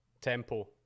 tempo